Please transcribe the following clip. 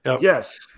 yes